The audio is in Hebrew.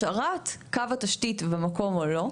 השארת קו התשתית במקום או לא,